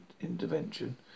intervention